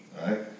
right